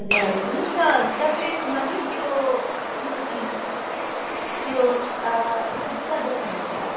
हजुर सुन्नुहोस् न तपाईँकोमा नि त्यो अलिकति त्यो यो जुत्ता दोकान होला